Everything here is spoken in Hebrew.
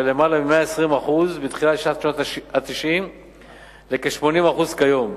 מלמעלה מ-120% בתחילת שנות ה-90 לכ-80% כיום.